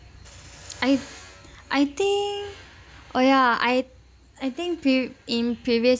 I I think oh yeah I I think few in previous